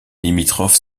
limitrophes